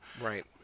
Right